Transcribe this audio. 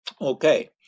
Okay